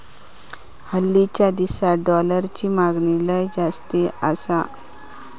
हालीच्या दिसात डॉलरची मागणी लय जास्ती आसा